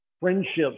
friendships